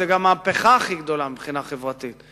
זו גם המהפכה הכי גדולה מבחינה חברתית.